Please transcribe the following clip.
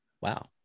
wow